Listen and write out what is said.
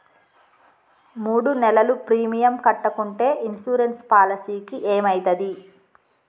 మూడు నెలలు ప్రీమియం కట్టకుంటే ఇన్సూరెన్స్ పాలసీకి ఏమైతది?